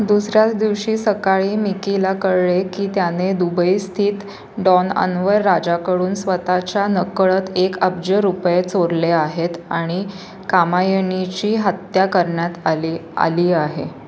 दुसऱ्याच दिवशी सकाळी मिकीला कळले की त्याने दुबईस्थित डॉन अन्वर राजाकडून स्वतःच्या नकळत एक अब्ज रुपये चोरले आहेत आणि कामायनीची हत्या करण्यात आली आली आहे